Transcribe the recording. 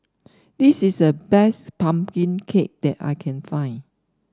this is the best pumpkin cake that I can find